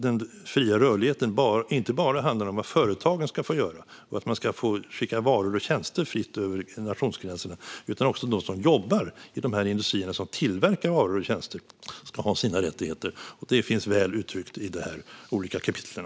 Den fria rörligheten handlar inte bara om vad företagen ska få göra och att man ska få skicka varor och tjänster fritt över nationsgränserna. Också de som jobbar i de industrier som tillverkar varor och tjänster ska ha sina rättigheter. Det finns väl uttryckt i de olika kapitlen.